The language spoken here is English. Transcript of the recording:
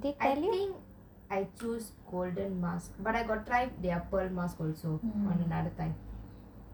I think I choose golden mask but I got try their pearl mask also on another time